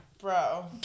bro